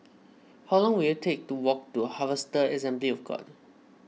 how long will it take to walk to Harvester Assembly of God